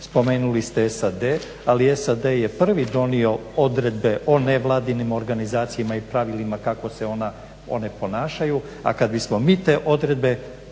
Spomenuli ste SAD ali SAD je prvi donio odredbe o nevladinim organizacijama i pravilima kako se one ponašaju, a kad bismo mi te odredbe